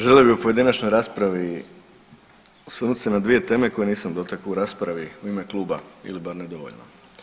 Želio bih u pojedinačnoj raspravi osvrnut se na dvije teme koje nisam dotakao u raspravi u ime kluba ili bar nedovoljno.